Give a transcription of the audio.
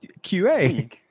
QA